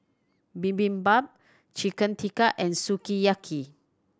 Bibimbap Chicken Tikka and Sukiyaki